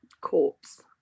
corpse